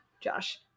Josh